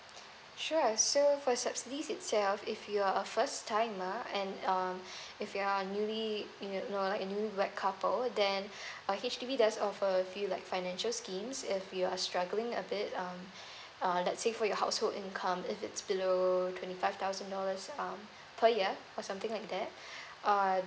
sure so for subsidies itself if you're a first timer and um if you're newly you know like a newlywed couple then H_D_B does offer a few like financial schemes if you're struggling a bit um uh let's say for your household income if it's below twenty five thousand dollars um per year or something like that uh